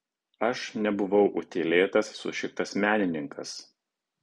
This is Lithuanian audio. aš nebuvau utėlėtas sušiktas menininkas